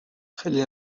خیلی